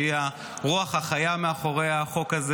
שהיא הרוח החיה מאחורי החוק הזה.